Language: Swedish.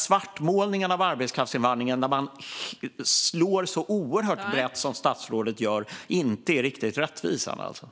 Svartmålningen av arbetskraftsinvandringen där man slår så oerhört brett som statsrådet gör är inte riktigt rättvisande.